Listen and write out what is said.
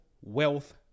wealth